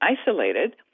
isolated